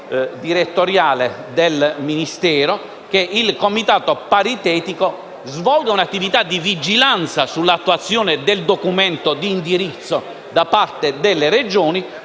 il Comitato paritetico svolga un'attività di vigilanza sull'attuazione del documento di indirizzo da parte delle Regioni